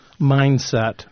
mindset